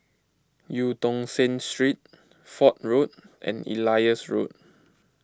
Eu Tong Sen Street Fort Road and Elias Road